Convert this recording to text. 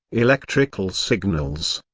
electrical signals.